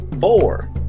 Four